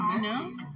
no